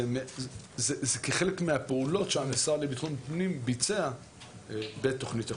זה כחלק מהפעולות שהמשרד לביטחון פנים ביצע בתוכנית החומש.